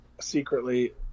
secretly